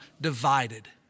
divided